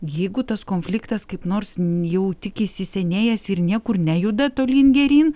jeigu tas konfliktas kaip nors jau tik įsisenėjęs ir niekur nejuda tolyn geryn